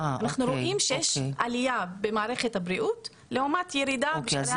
אנחנו רואים שיש עלייה במערכת הבריאות לעומת ירידה בשאר.